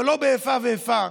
אבל לא באיפה ואיפה.